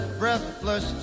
breathless